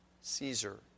Caesar